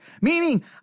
Meaning